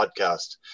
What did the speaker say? podcast